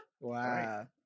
Wow